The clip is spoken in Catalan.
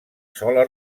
sola